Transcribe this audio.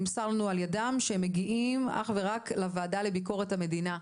נמסר לנו על ידם שהם מגיעים אך ורק לוועדה לענייני ביקורת המדינה.